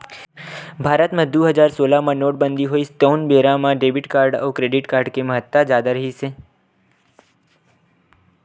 भारत म बछर दू हजार सोलह मे नोटबंदी होइस तउन बेरा म डेबिट कारड अउ क्रेडिट कारड के महत्ता जादा रिहिस हे